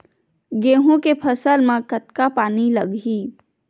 गेहूं के फसल म कतका पानी लगही?